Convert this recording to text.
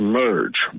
merge